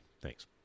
Thanks